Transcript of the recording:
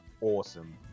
awesome